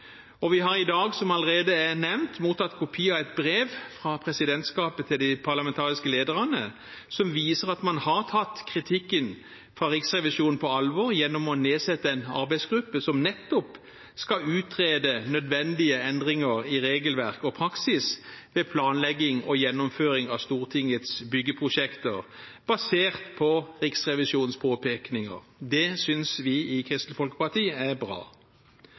prosjekter. Vi har i dag, som det allerede er nevnt, mottatt kopi av et brev fra presidentskapet til de parlamentariske lederne, som viser at man har tatt kritikken fra Riksrevisjonen på alvor gjennom å nedsette en arbeidsgruppe som nettopp skal utrede nødvendige endringer i regelverk og praksis ved planlegging og gjennomføring av Stortingets byggeprosjekter, basert på Riksrevisjonens påpekninger. Det synes vi i Kristelig Folkeparti er bra.